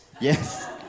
Yes